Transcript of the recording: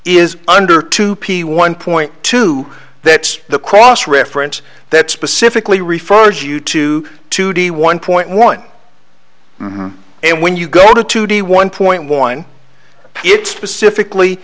is under two p one point two that's the cross reference that specifically refers you to to the one point one and when you go to the one point one it specifically